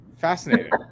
fascinating